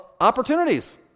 opportunities